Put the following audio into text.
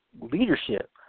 leadership